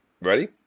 Ready